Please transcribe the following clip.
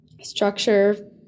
structure